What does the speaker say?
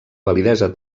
validesa